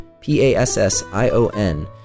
P-A-S-S-I-O-N